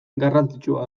garrantzitsua